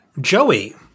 Joey